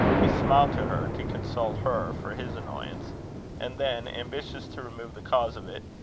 he smiled to her, to console her for his annoyance and then, ambitious to remove the cause of it,